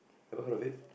ever heard of it